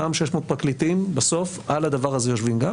אותם 600 פרקליטים בסוף על הדבר הזה יושבים גם.